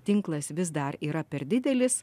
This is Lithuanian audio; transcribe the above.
tinklas vis dar yra per didelis